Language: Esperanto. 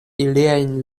iliajn